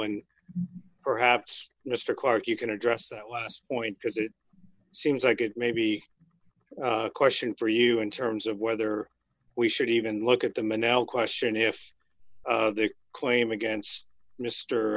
and perhaps mr clarke you can address that last point because it seems like it may be a question for you in terms of whether we should even look at them and now question if they claim against mr